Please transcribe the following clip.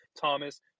Thomas